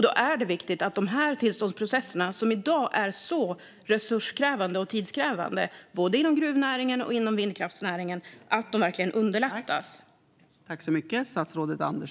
Då är det viktigt att dessa tillståndsprocesser som i dag är så resurs och tidskrävande, både inom gruvnäringen och inom vindkraftsnäringen, verkligen underlättas.